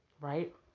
Right